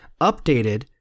updated